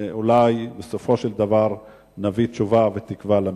ואולי בסופו של דבר נביא תשובה ותקווה למשפחה.